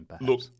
Look